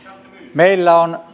meillä on